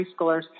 preschoolers